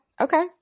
Okay